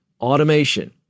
automation